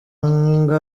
ngo